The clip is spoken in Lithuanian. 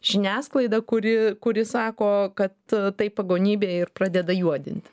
žiniasklaidą kuri kuri sako kad tai pagonybė ir pradeda juodinti